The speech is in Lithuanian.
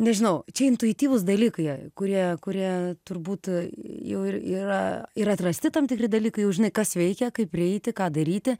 nežinau čia intuityvūs dalykai kurie kurie turbūt jau ir yra ir atrasti tam tikri dalykai jau žinai kas veikia kaip prieiti ką daryti